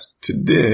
Today